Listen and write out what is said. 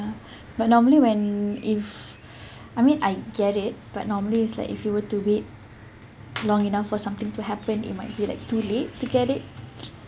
but normally when if I mean I get it but normally it's like if you were to wait long enough for something to happen it might be like too late to get it